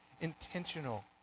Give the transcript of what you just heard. intentional